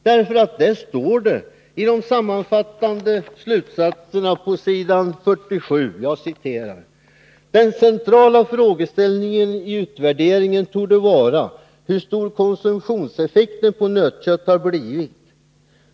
Där står det i de sammanfattande slutsatserna på sidan 47: Den centrala frågeställningen i utvärderingen torde vara hur stor konsumtionseffekten på nötkött har blivit.